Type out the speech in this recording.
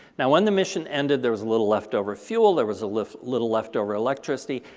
now, when the mission ended, there was a little leftover fuel, there was a little little leftover electricity,